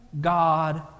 God